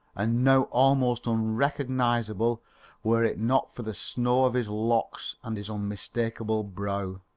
and now almost unrecognisable were it not for the snow of his locks and his unmistakable brow.